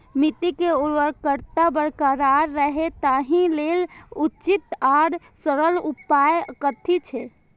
मिट्टी के उर्वरकता बरकरार रहे ताहि लेल उचित आर सरल उपाय कथी छे?